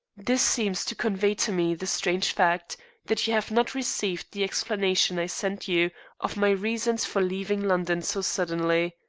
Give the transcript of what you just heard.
this seems to convey to me the strange fact that you have not received the explanation i sent you of my reasons for leaving london so suddenly.